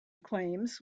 claims